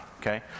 okay